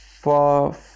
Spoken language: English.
four